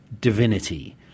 divinity